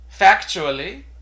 factually